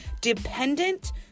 dependent